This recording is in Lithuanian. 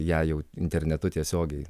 jei jau internetu tiesiogiai